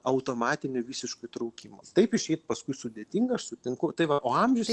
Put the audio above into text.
automatinio visiško įtraukimo taip išeit paskui sudėtinga aš sutinku tai va o amžius